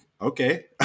okay